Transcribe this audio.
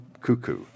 cuckoo